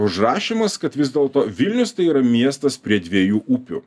užrašymas kad vis dėlto vilnius tai yra miestas prie dviejų upių